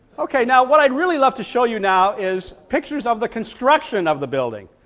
okay now what i'd really love to show you now is pictures of the construction of the building.